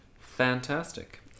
fantastic